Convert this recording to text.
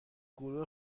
گروه